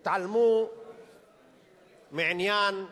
התעלמו מעניין פשוט.